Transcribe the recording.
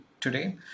today